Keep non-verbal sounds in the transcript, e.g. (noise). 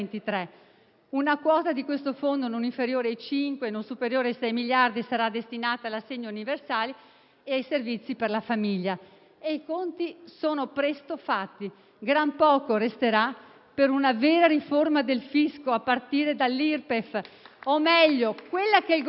una quota di questo fondo non inferiore ai cinque e non superiore ai sei miliardi sarà destinata all'assegno universale e ai servizi per la famiglia. I conti sono presto fatti: gran poco resterà per una vera riforma del fisco, a partire dall'Irpef. (applause) O meglio, quella che il Governo